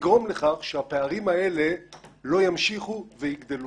לגרום לכך שהפערים האלה לא ימשיכו ויגדלו.